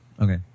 Okay